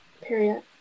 period